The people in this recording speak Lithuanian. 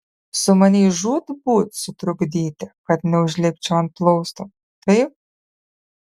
sumanei žūtbūt sutrukdyti kad neužlipčiau ant plausto taip